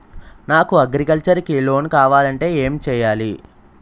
నాకు అగ్రికల్చర్ కి లోన్ కావాలంటే ఏం చేయాలి?